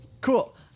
Cool